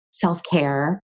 self-care